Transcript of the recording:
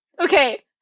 Okay